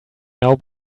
now